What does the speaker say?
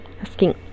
asking